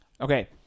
Okay